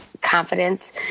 confidence